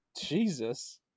Jesus